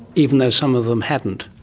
even though some of them hadn't?